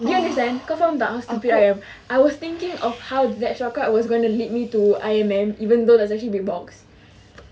do you understand kau faham tak I was thinking of how that shortcut was going to lead me to I_M_M even though it's actually big box